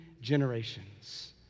generations